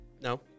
No